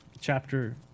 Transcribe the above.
chapter